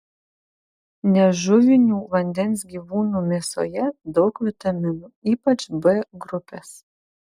nežuvinių vandens gyvūnų mėsoje daug vitaminų ypač b grupės